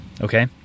okay